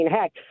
Heck